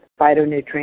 phytonutrients